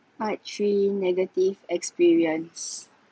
part three negative experience